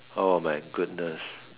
oh my goodness